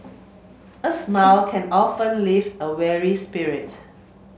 a smile can often lift a weary spirit